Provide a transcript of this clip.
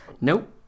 nope